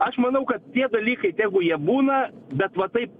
aš manau kad tie dalykai tegu jie būna bet va taip